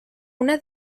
una